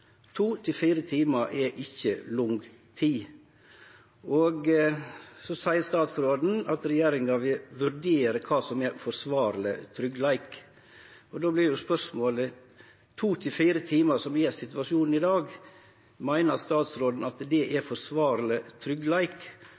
To til fire timar er ikkje lang tid. Så seier statsråden at regjeringa vil «vurdere» kva som er forsvarleg tryggleik, og då vert spørsmålet: Meiner statsråden at to til fire timar, som er situasjonen i dag, er forsvarleg tryggleik? Og: Kva tidshorisont arbeider denne regjeringa etter når det